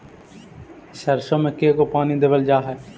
सरसों में के गो पानी देबल जा है?